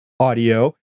Audio